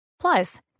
plus